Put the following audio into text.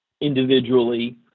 individually